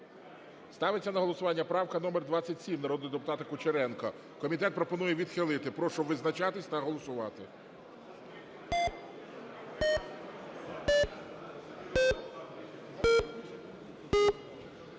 Ставиться на голосування правка номер 27 народного депутата Кучеренка. Комітет пропонує відхилити. Прошу визначатися та голосувати.